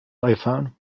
iphone